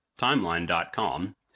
Timeline.com